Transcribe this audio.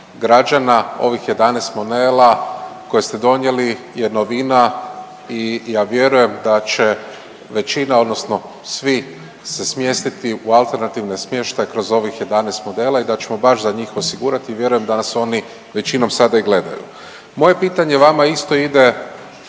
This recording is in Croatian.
građana, ovih 11 modela koje ste donijeli je novina i ja vjerujem da će većina odnosno svi se smjestiti u alternativni smještaj kroz ovih 11 modela i da ćemo baš za njih osigurati, vjerujem da nas oni većinom sada i gledaju. Moje pitanje vama isto ide,